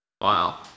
Wow